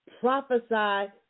prophesy